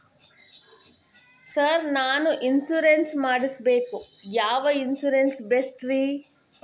Sir ನಾನು insurance ಮಾಡಿಸಬೇಕು ಯಾವ ಇನ್ಶೂರೆನ್ಸ್ ಬೆಸ್ಟ್ರಿ?